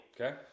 Okay